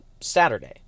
Saturday